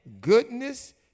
goodness